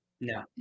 No